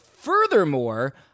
furthermore